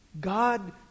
God